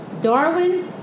Darwin